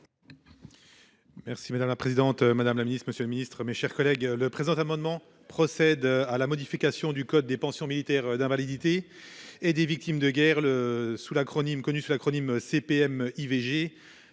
Merci madame la présidente Madame la Ministre, Monsieur le Ministre, mes chers collègues. Le présent amendement procède à la modification du code des pensions militaires d'invalidité et des victimes de guerre le sous l'acronyme connu